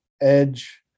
edge